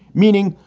meaning,